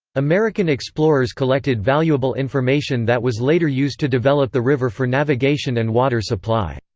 american explorers collected valuable information that was later used to develop the river for navigation and water supply.